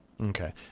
Okay